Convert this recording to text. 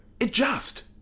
adjust